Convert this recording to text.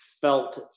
felt